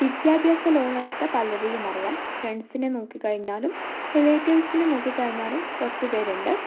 വിദ്യാഭ്യാസലോണെടുത്ത പലരേയും അറിയാം ഫ്രണ്ട്സിനെ നോക്കിക്കഴിഞ്ഞാലും റിലേറ്റീവ്സിനെ നോക്കിക്കഴിഞ്ഞാലും കുറച്ച് പേരുണ്ട്